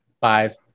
Five